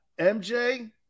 MJ